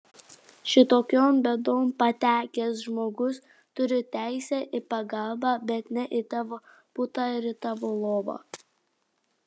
šitokion bėdon patekęs žmogus turi teisę į pagalbą bet ne į tavo butą ar į tavo lovą